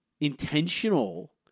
intentional